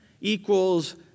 equals